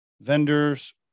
vendors